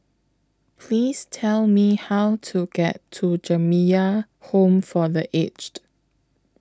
Please Tell Me How to get to Jamiyah Home For The Aged